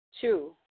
Two